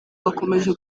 gakomeje